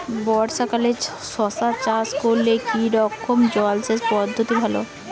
বর্ষাকালে শশা চাষ করলে কি রকম জলসেচ পদ্ধতি ভালো?